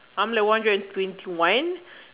I'm like one hundred and twenty one